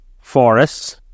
forests